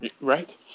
Right